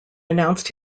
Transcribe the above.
announced